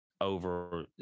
over